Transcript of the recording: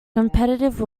competitive